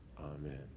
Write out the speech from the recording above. Amen